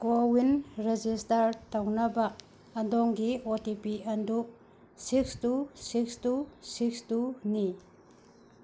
CoWIN register ꯇꯧꯅꯕ ꯑꯗꯣꯝꯒꯤ O T P ꯑꯗꯨ six two six two six ꯇꯨꯅꯤ